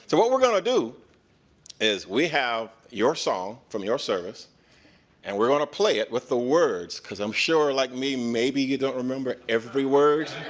so what we're going to do is we have your song from your service and we're going to play it with the words because i'm sure like me maybe you don't remember every word.